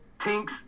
Tink's